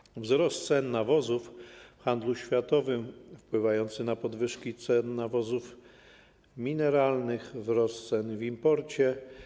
Nastąpił wzrost cen nawozów w handlu światowym wpływający na podwyżki cen nawozów mineralnych, wzrost cen w imporcie.